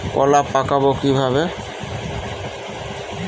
কলা পাকাবো কিভাবে?